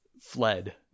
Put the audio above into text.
fled